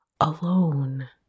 alone